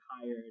hired